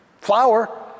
flour